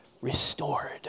restored